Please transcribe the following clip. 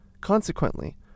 Consequently